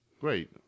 Great